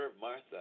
Martha